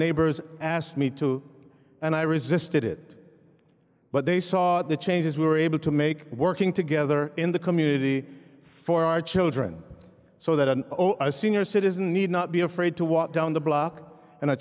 neighbors asked me to and i resisted it but they saw the changes we were able to make working together in the community for our children so that an a senior citizen need not be afraid to walk down the block and a